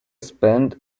spent